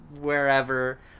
wherever